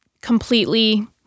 completely